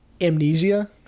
Amnesia